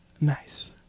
Nice